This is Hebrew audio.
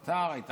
עתר: הייתכן?